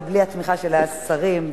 ובלי התמיכה של השרים,